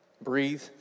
Breathe